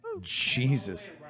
Jesus